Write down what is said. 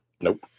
Nope